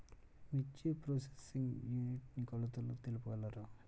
మిర్చి processing unit కి కొలతలు తెలుపగలరు?